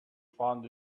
found